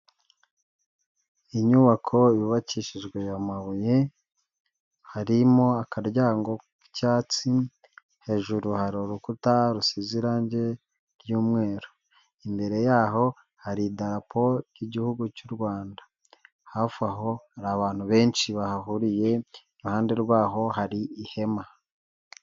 Inyubako yubakishijwe amabuye, harimo akaryango k'icyatsi, hejuru hari urukuta rusize irange ry'umweru, imbere yaho hari idarapo ry'Igihugu cy'u Rwanda, hafi aho hari abantu benshi bahahuriye, iruhande rwaho hari ihema.